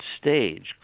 stage